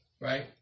right